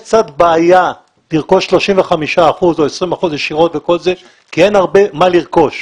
יש קצת בעיה לרכוש 35 אחוזים או 20 אחוזים ישירות כי אין הרבה מה לרכוש.